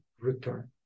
return